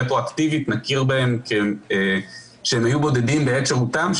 נכיר בהם רטרואקטיבית שהם היו בודדים בעת שירותם,